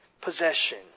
possession